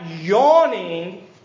yawning